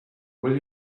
will